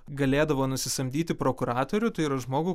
galėdavo nusisamdyti prokuratorių tai yra žmogų